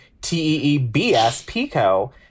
T-E-E-B-S-Pico